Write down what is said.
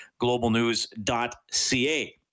globalnews.ca